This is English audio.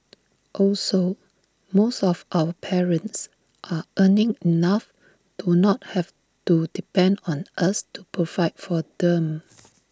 also most of our parents are earning enough to not have to depend on us to provide for them